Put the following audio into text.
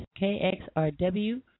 KXRW